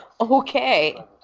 okay